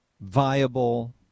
viable